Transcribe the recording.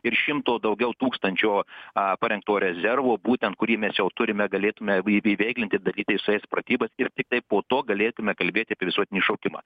ir šimto daugiau tūkstančio a parengto rezervo būtent kurį mes jau turime galėtume vy įveiklinti betgi tai su jais pratybas ir tiktai po to galėtume kalbėti apie visuotinį šaukimą